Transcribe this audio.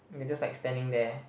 mm they just like standing there